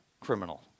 criminal